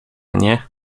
nie